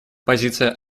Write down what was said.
позиция